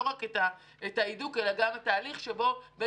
לא רק את ההידוק אלא גם את ההליך שבו בן